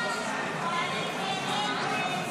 לא נתקבלה.